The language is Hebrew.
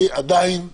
עדיין תחושה,